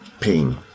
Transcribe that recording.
pain